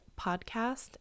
podcast